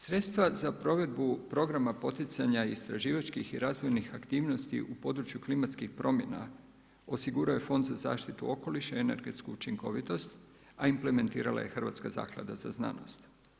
Sredstva za provedbu programa poticanja istraživačkih i razvojnih aktivnosti u području klimatskih promjena osigurao je Fond za zaštitu okoliša, energetsku učinkovitost, a implementirala je Hrvatska zaklada za znanost.